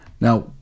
Now